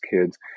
kids